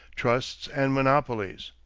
trusts, and monopolies.